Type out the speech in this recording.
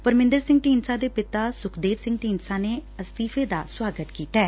ਪਰਮਿੰਦਰ ਸਿੰਘ ਢੀਂਡਸਾ ਦੇ ਪਿਤਾ ਸੁਖਦੇਵ ਸਿੰਘ ਢੀਂਡਸਾ ਨੇ ਅਸਤੀਫੇ ਦਾ ਸੁਆਗਤ ਕੀਤੈ